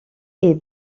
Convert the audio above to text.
est